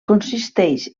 consisteix